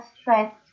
stress